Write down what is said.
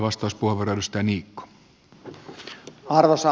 arvoisa herra puhemies